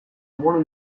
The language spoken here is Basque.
bolo